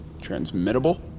Transmittable